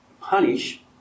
punish